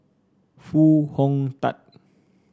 Foo Hong Tatt